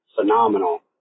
phenomenal